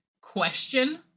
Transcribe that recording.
question